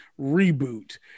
reboot